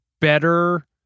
better